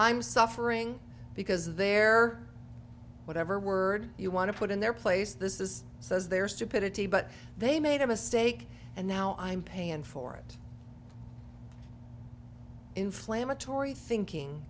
i'm suffering because they're whatever word you want to put in their place this is says their stupidity but they made a mistake and now i'm paying for it inflammatory thinking